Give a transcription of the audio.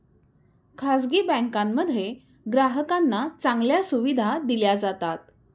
खासगी बँकांमध्ये ग्राहकांना चांगल्या सुविधा दिल्या जातात